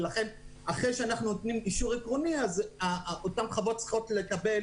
ולכן אחרי שאנחנו נותנים אישור עקרוני אז אותן חוות צריכות לקבל